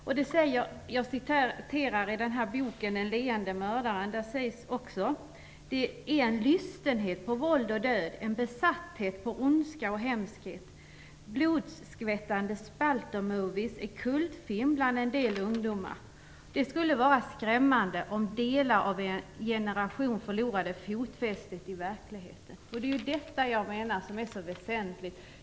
Jag citerade tidigare ur boken Den leende mördaren. Där sägs också: Det är en lystenhet på våld och död, en besatthet på ondska och hemskhet, blodskvättande splatter movies är kultfilmer bland en del ungdomar. Det skulle vara skrämmande om delar av en generation förlorade fotfästet i verkligheten. Detta är väsentligt.